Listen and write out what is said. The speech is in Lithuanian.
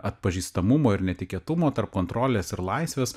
atpažįstamumo ir netikėtumo tarp kontrolės ir laisvės